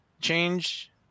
change